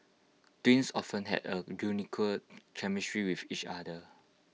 twins often have A unique chemistry with each other